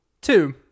two